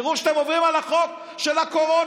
תראו שאתם עוברים על החוק של הקורונה,